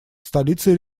столица